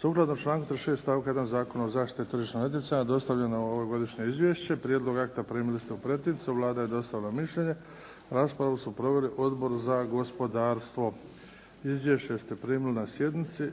Sukladno članku 6. stavka 1. Zakona o zaštiti tržišnog natjecanja dostavljeno je ovogodišnje izvješće. Prijedlog akta primili ste u pretince. Vlada je dostavila mišljenje. Raspravu su proveli: Odbor za gospodarstvo. Izvješće ste primili na sjednici.